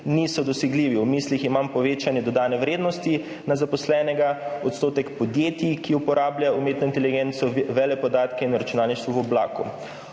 niso dosegljivi. V mislih imam povečanje dodane vrednosti na zaposlenega, odstotek podjetij, ki uporabljajo umetno inteligenco, velepodatke in računalništvo v oblaku.